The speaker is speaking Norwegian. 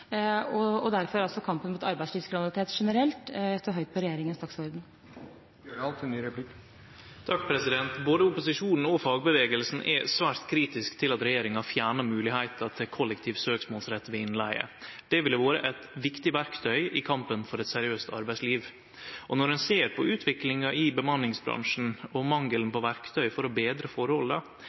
arbeidsgiverne, og derfor står kampen mot arbeidslivskriminalitet generelt på regjeringens dagsorden. Både opposisjonen og fagbevegelsen er svært kritisk til at regjeringa fjerna moglegheita til kollektiv søksmålsrett ved innleige. Det ville vore eit viktig verktøy i kampen for eit seriøst arbeidsliv. Når ein ser på utviklinga i bemanningsbransjen og mangelen på verktøy for å betre forholda,